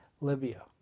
Libya